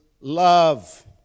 love